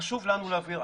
חשוב לנו להבהיר,